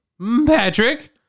Patrick